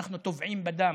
אנחנו טובעים בדם.